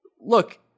look